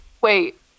wait